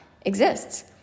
exists